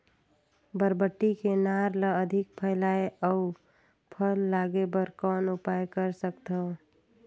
बरबट्टी के नार ल अधिक फैलाय अउ फल लागे बर कौन उपाय कर सकथव?